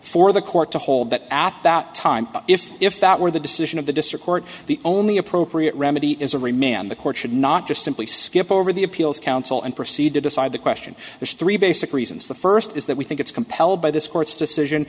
for the court to hold that at that time if if that were the decision of the district court the only appropriate remedy is to remain and the court should not just simply skip over the appeals council and proceed to decide the question there's three basic reasons the first is that we think it's compelled by this court's decision